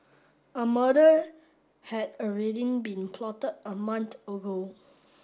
a murder had already been plotted a month ago